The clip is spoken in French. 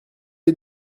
est